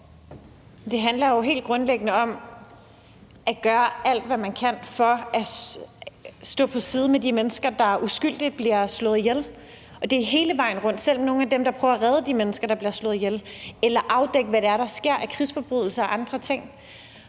Det handler jo helt grundlæggende om at gøre alt, hvad man kan, for at stå på samme side som de mennesker, der uskyldigt bliver slået ihjel. Det gælder hele vejen rundt, også nogle af dem, der prøver at redde de mennesker, der bliver slået ihjel, eller at afdække, hvad det er, der sker af krigsforbrydelser og andre ting.